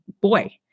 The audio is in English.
boy